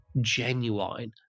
genuine